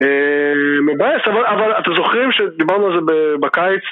אה מבאס, אבל אתם זוכרים שדיברנו על זה בקיץ?